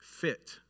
fit